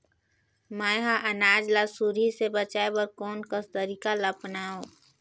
मैं ह अनाज ला सुरही से बचाये बर कोन कस तरीका ला अपनाव?